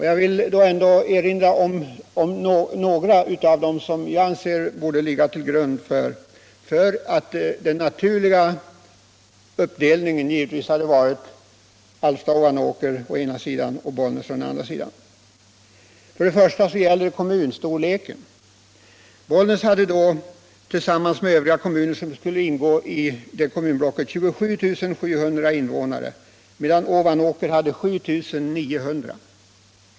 Jag vill erinra om några skäl som jag anser borde ligga till grund för indelningen. 1. Kommunstorleken. Bollnäs hade tillsammans med övriga kommuner som skulle ingå i det blocket 27 700 invånare medan Ovanåker hade 7900.